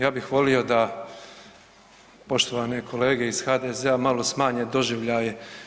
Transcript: Ja bih volio da poštovane kolege iz HDZ-a malo smanje doživljaje.